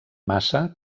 massa